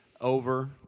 over